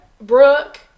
Brooke